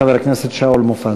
חבר הכנסת שאול מופז.